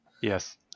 Yes